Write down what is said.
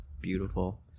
beautiful